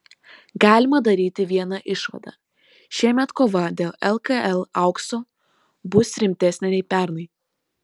galima daryti vieną išvadą šiemet kova dėl lkl aukso bus rimtesnė nei pernai